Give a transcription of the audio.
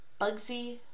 Bugsy